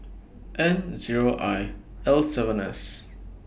N Zero I L seven S